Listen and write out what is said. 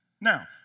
Now